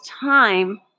time